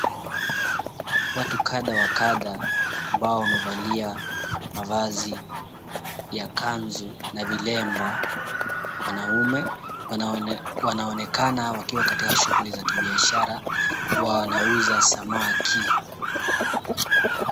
Watu kadha wa kadha, ambao wamevalia mavazi ya kanzu na vilemba. Wanaume wanaonekana wakiwa katika shughuli za kibiashara, wanauza samaki.